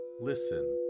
listen